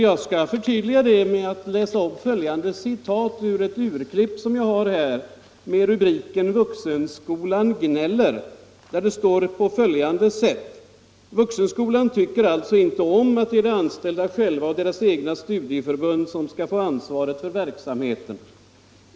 Jag skall förtydliga det med att läsa upp följande citat ur ett urklipp som jag har här med rubriken ”Vuxenskolan gnäller”. Det står: ”Vuxenskolan tycker alltså inte om att det är de anställda själva och deras egna studieförbund, som skall få ansvaret för verksamheten.